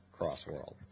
Crossworld